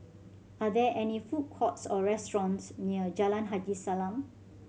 are there any food courts or restaurants near Jalan Haji Salam